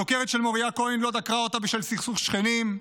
הדוקרת של מוריה כהן לא דקרה אותה בשל סכסוך שכנים,